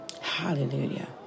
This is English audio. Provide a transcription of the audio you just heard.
Hallelujah